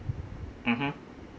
mmhmm